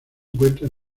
encuentra